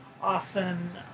often